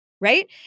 right